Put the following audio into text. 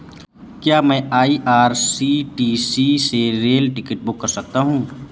क्या मैं आई.आर.सी.टी.सी से रेल टिकट बुक कर सकता हूँ?